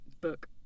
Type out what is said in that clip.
book